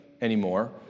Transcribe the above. anymore